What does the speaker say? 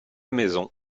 maison